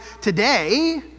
today